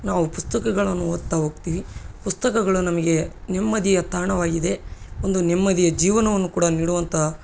ನಾವು ಪುಸ್ತಕಗಳನ್ನು ಓದ್ತಾ ಹೋಗ್ತೀವಿ ಪುಸ್ತಕಗಳು ನಮಗೆ ನೆಮ್ಮದಿಯ ತಾಣವಾಗಿದೆ ಒಂದು ನೆಮ್ಮದಿಯ ಜೀವನವನ್ನು ಕೂಡ ನೀಡುವಂಥ